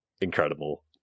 incredible